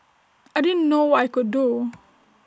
I didn't know what I could do